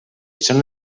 són